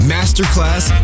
Masterclass